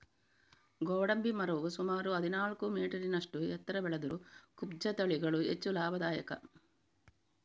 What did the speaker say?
ಗೋಡಂಬಿ ಮರವು ಸುಮಾರು ಹದಿನಾಲ್ಕು ಮೀಟರಿನಷ್ಟು ಎತ್ತರ ಬೆಳೆದರೂ ಕುಬ್ಜ ತಳಿಗಳು ಹೆಚ್ಚು ಲಾಭದಾಯಕ